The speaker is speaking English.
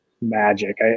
magic